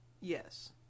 yes